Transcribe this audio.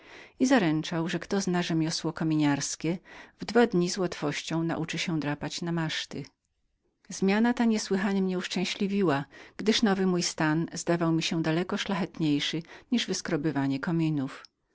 i zaręczył że kto zna rzemiosło kominiarskie we dwa dni z łatwością nauczy się drapać na maszty zmiana ta niesłychanie mnie uszczęśliwiła gdyż nowy mój stan zdawał mi się daleko szlachetniejszym niż wyskrobywanie kominów